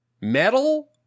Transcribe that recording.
metal